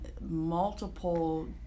multiple